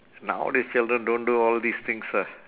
nowadays children don't do all these things ah